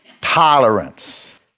Tolerance